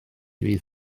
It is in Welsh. fydd